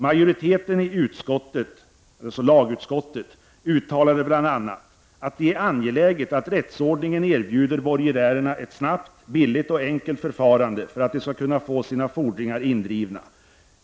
Majoriteten i lagutskottet uttalade bl.a. att det är angeläget ”att rättsordningen erbjuder borgenärerna ett snabbt, billigt och enkelt förfarande för att de skall kunna få sina fordringar indrivna ———.